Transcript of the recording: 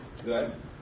Good